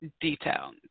detail